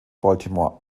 baltimore